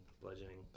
bludgeoning